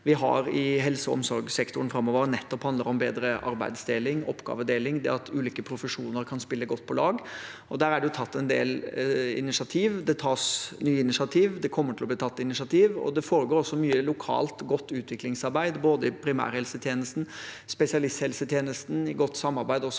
vi har i helse- og omsorgssektoren framover, nettopp handler om bedre arbeidsdeling, oppgavedeling og det at ulike profesjoner kan spille godt på lag. Der er det tatt en del initiativer, det tas nye initiativer, og det kommer til å bli tatt initiativer. Det foregår mye godt utviklingsarbeid lokalt i både primærhelsetjenesten og spesialisthelsetjenesten, også i godt samarbeid med